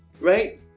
right